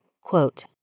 Quote